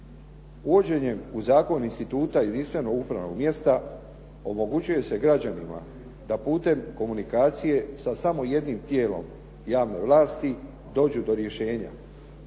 Uvođenjem u zakon instituta jedinstvenog upravnog mjesta, omogućuje se građanima da putem komunikacije sa samo jednim tijelom javne vlasti dođu do rješenja,